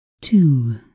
two